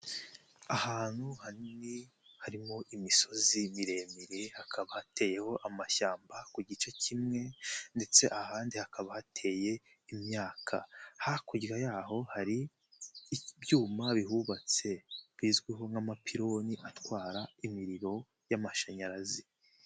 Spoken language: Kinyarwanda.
Ahantu hanini harimo imisozi miremire hakaba hateyeho amashyamba ku gice kimwe ndetse ahandi hakaba hateye imyaka, hakurya yaho hari ibyuma bihubatse bizwiho nk'amapironi atwara imiriro y'amashanyarazi.